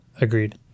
Agreed